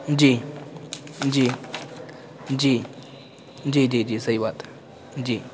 جی جی جی جی جی جی صحیح بات ہے جی